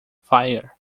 fire